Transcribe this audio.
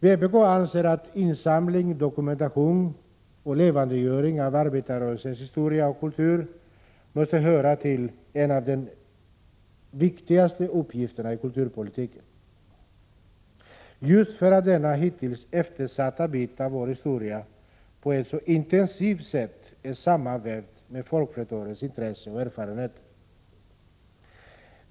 Vpk anser att insamling, dokumentation och levandegöring av arbetarrörelsens historia och kultur måste vara en de viktigaste uppgifterna i kulturpolitiken; just för att denna hittills eftersatta bit av vår historia på ett så intensivt sätt är sammanvävd med folkflertalets intressen och erfarenheter.